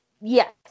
Yes